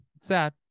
Sad